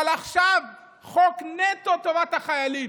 אבל עכשיו בחוק שהוא נטו לטובת החיילים,